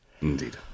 Indeed